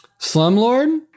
slumlord